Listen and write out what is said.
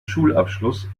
schulabschluss